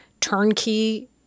turnkey